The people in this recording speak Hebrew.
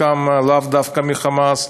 חלקם לאו דווקא מה"חמאס",